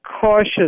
cautious